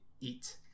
eat